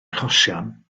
achosion